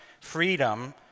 Freedom